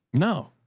no,